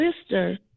sister